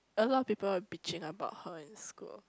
a lot people bitching about her in school